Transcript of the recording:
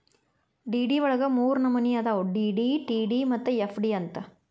DD ವಳಗ ಮೂರ್ನಮ್ನಿ ಅದಾವು ಡಿ.ಡಿ, ಟಿ.ಡಿ ಮತ್ತ ಎಫ್.ಡಿ ಅಂತ್